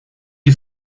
die